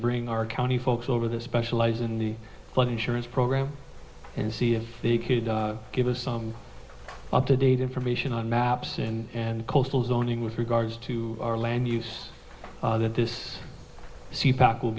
bring our county folks over the specialize in the flood insurance program and see if they could give us some up to date information on maps and and coastal zoning with regards to our land use that this sea pack will